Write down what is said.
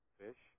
fish